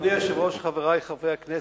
ואחריו דב חנין.